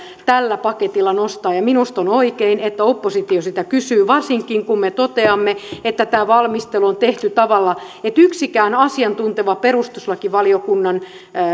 tällä paketilla nostaa minusta on oikein että oppositio sitä kysyy varsinkin kun me toteamme että tämä valmistelu on tehty tavalla että yksikään asiantunteva perustuslakivaliokunnan